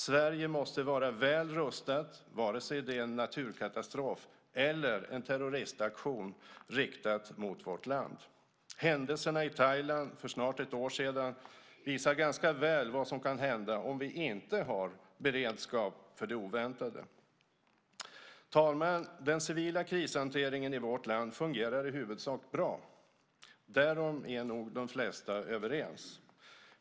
Sverige måste vara väl rustat vare sig det är en naturkatastrof eller en terroristaktion riktad mot vårt land. Händelserna i Thailand visar ganska väl vad som kan hända om vi inte har beredskap för det oväntade. Fru talman! Den civila krishanteringen i vårt land fungerar i huvudsak bra. Därom är nog de flesta överens.